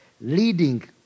leading